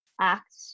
act